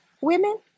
women